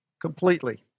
completely